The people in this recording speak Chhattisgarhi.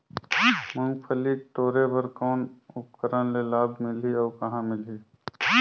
मुंगफली टोरे बर कौन उपकरण ले लाभ मिलही अउ कहाँ मिलही?